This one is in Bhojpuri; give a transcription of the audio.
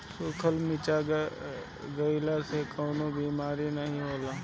सुखल मरीचा खईला से कवनो बेमारी नाइ होला